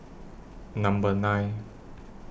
Number nine